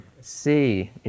see